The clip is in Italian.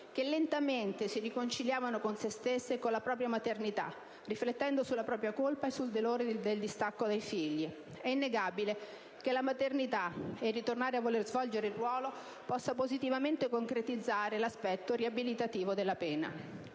che lentamente si riconciliavano con se stesse e con la propria maternità, riflettendo sulla propria colpa e sul dolore del distacco dai figli: è innegabile che la maternità ed il ritornare a voler svolgere quel ruolo possa positivamente concretizzare 1'aspetto riabilitativo della pena.